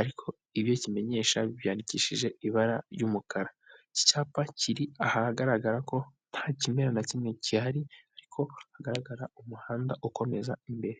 ariko ibyo kimenyesha byandikishije ibara ry'umukara, iki cyapa kiri ahagaragara ko nta kimera na kimwe gihari ariko hagaragara umuhanda ukomeza imbere.